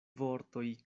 vortoj